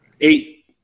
Eight